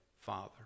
father